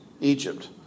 Egypt